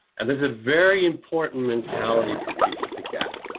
and there's a very important mentality for people to get.